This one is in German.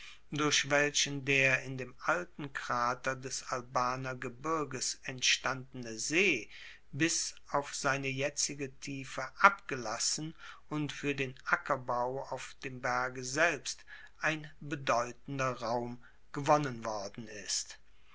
durch welchen der in dem alten krater des albaner gebirges entstandene see bis auf seine jetzige tiefe abgelassen und fuer den ackerbau auf dem berge selbst ein bedeutender raum gewonnen worden ist